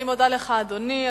אני מודה לך, אדוני.